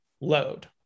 load